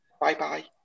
Bye-bye